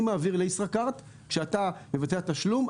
אני מעביר לישראכרט כשאתה מבצע תשלום,